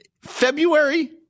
February